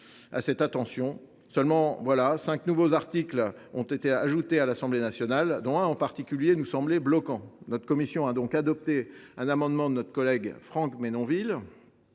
à cette intention. Seulement, cinq nouveaux articles ont été ajoutés à l’Assemblée nationale, dont un en particulier nous semblait bloquant. Notre commission a donc adopté un amendement de suppression de notre collègue Franck Menonville.